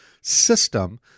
system